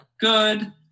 good